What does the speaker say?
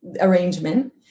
arrangement